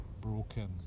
broken